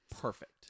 perfect